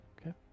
Okay